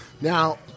Now